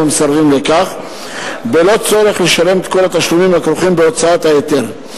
המסרבים לכך בלא צורך לשלם את כל התשלומים הכרוכים בהוצאת היתר.